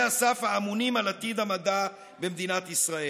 הסף האמונים על עתיד המדע במדינת ישראל.